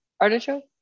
Artichoke